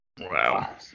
Wow